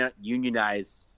unionize